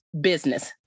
business